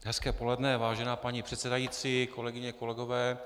Hezké poledne, vážená paní předsedající, kolegyně, kolegové.